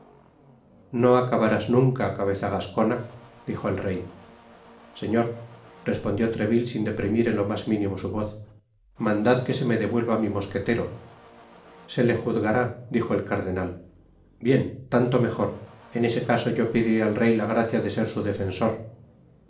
no acabarás nunca cabeza gascona dijo el rey señor respondió treville sin deprimir en lo mas minimo su voz mandad que se me devuelva mi mosquetero se le juzgará dijo el cardenal bien tanto mejor en este caso yo pediré al rey la gracia de ser su defensor